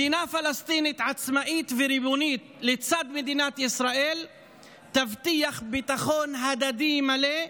מדינה פלסטינית עצמאית וריבונית לצד מדינת ישראל תבטיח ביטחון הדדי מלא,